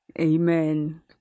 amen